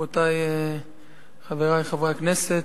רבותי חברי חברי הכנסת,